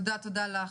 תודה לך.